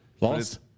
Lost